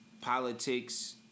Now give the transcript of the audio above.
politics